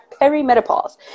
perimenopause